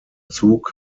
zug